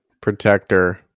protector